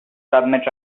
submit